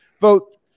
vote